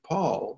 Paul